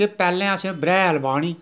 के पैह्लैं असैं बरेहाल बाह्नी